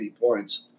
points